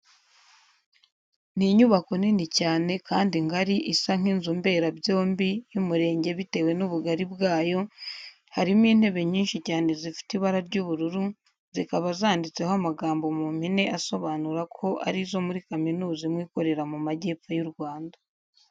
Ni inyubako nini cyane kandi ngari isa nk'inzu mberabyombi y'umurenge bitewe n'ubugari bwayo, harimo intebe nyinshi cyane zifite ibara ry'ubururu, zikaba zanditseho amagambo mu mpine asobanura ko ari izo muri kaminuza imwe ikorera mu majyepfo y'u Rwanda.